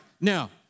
Now